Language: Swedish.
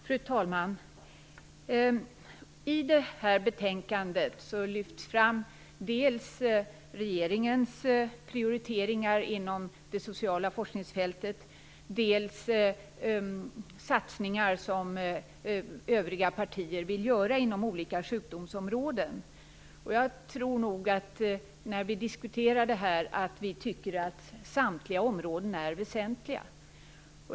Fru talman! I det här betänkandet lyfter utskottet fram dels regeringens prioriteringar inom det sociala forskningsfältet, dels satsningar som övriga partier vill göra inom olika sjukdomsområden. Jag tror att vi alla tycker att samtliga områden är väsentliga.